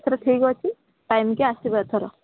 ଏଥର ଠିକ୍ ଅଛି ଟାଇମ୍କୁ ଆସିବ ଏଥର